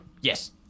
Yes